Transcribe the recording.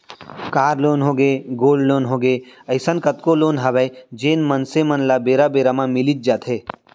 car loan होगे, gold loan होगे, अइसन कतको लोन हवय जेन मनसे मन ल बेरा बेरा म मिलीच जाथे